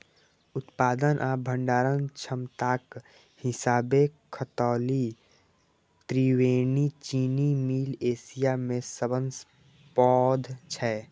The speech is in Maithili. उत्पादन आ भंडारण क्षमताक हिसाबें खतौली त्रिवेणी चीनी मिल एशिया मे सबसं पैघ छै